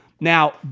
Now